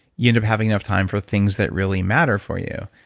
you end up having enough time for things that really matter for you.